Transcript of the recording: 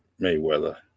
Mayweather